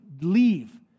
leave